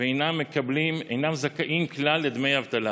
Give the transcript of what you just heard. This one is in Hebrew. ואינם זכאים כלל לדמי אבטלה.